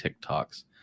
TikToks